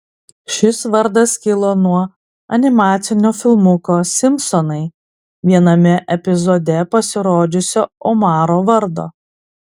šis vardas kilo nuo animacinio filmuko simpsonai viename epizode pasirodžiusio omaro vardo